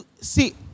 See